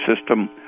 system